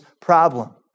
problem